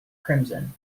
crimson